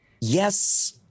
Yes